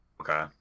Okay